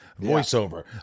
voiceover